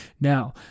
Now